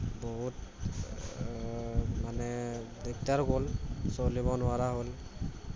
বহুত মানে দিগদাৰ গ'ল চলিব নোৱাৰা হ'ল